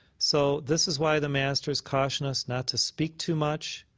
so this is why the masters caution us not to speak too much,